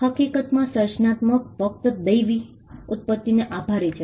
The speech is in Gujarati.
હકીકતમાં સર્જનાત્મકતા ફક્ત દૈવી ઉત્પત્તિને આભારી છે